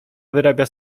wyrabia